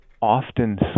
often